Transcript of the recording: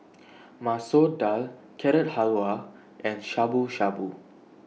Masoor Dal Carrot Halwa and Shabu Shabu